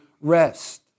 rest